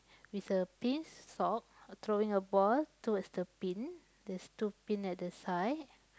with a pink sock throwing a ball towards the bin there's two bin at the side